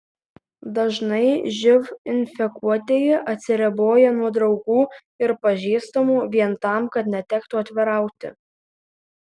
dažnai živ infekuotieji atsiriboja nuo draugų ir pažįstamų vien tam kad netektų atvirauti